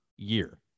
year